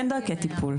אין דרכי טיפול.